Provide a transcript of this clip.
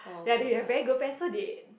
ya they they very good friend so they